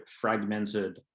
fragmented